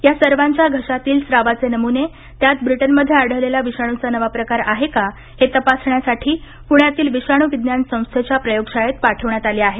या सर्वांच्या घशातील स्रावाचे नमुने त्यांत ब्रिटनमध्ये आढळलेला विषाणूचा नवा प्रकार आहे का हे तपासण्यासाठी पुण्यातील विषाणू विज्ञान संस्थेच्या प्रयोगशाळेत पाठवण्यात आले आहेत